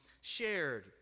shared